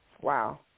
Wow